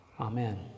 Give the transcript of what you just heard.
Amen